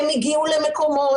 הם הגיעו למקומות,